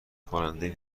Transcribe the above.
کننده